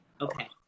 Okay